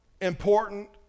important